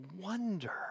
wonder